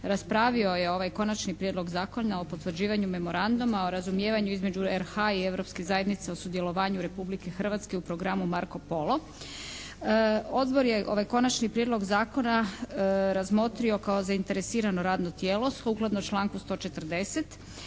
raspravio je ovaj Konačni prijedlog zakona o potvrđivanju Memoranduma o razumijevanju između RH i Europske zajednice o sudjelovanju Republike Hrvatske u programu Marko Polo. Odbor je ovaj Konačni prijedlog zakona razmotrio kao zainteresirano radno tijelo sukladno članku 140.